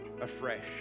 afresh